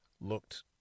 looked